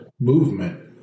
movement